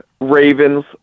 Ravens